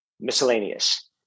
miscellaneous